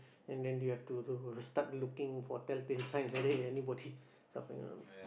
and then you have to start looking for tell tale signs whether anybody suffering